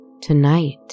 Tonight